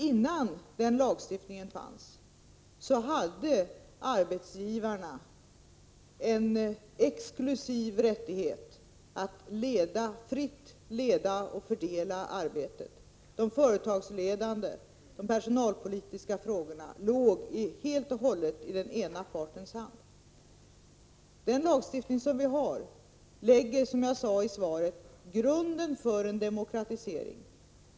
Innan den lagstiftningen fanns hade arbetsgivarna en exklusiv rättighet att fritt leda och fördela arbetet. De företagsledande och personalpolitiska frågorna låg helt och hållet i den ena partens hand. Den lagstiftning som vi har lägger, som jag sade i svaret, grunden för en demokratisering.